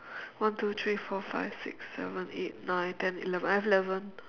one two three four five six seven eight nine ten eleven I have eleven